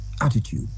attitude